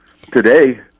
today